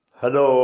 Hello